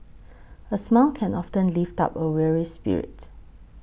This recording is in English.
a smile can often lift up a weary spirit